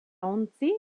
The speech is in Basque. ontzi